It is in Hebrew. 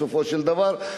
בסופו של דבר,